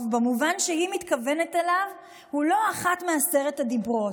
במובן שהיא מתכוונת אליו הוא לא אחת מעשרת הדיברות.